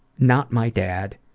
not my dad,